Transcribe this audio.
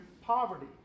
poverty